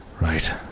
Right